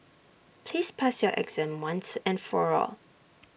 please pass your exam once and for all